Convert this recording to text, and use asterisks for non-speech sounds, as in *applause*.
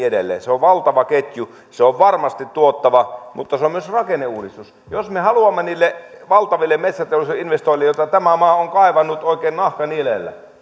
*unintelligible* edelleen se on on valtava ketju se on varmasti tuottava mutta se on on myös rakenneuudistus jos me me haluamme niitä valtavia metsäteollisuuden investointeja joita tämä maa on kaivannut oikein nahka nilellä *unintelligible*